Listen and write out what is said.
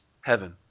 heaven